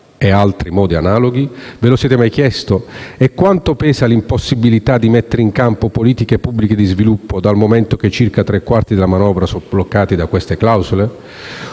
in altri modi analoghi? Ve lo siete mai chiesto? E quanto pesa l'impossibilità di mettere in campo politiche pubbliche di sviluppo, dal momento che circa tre quarti della manovra sono bloccati da queste clausole?